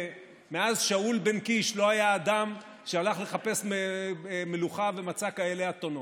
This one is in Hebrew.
מאז שאול בן קיש לא היה אדם שהלך לבקש מלוכה ומצא כאלה אתונות.